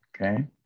Okay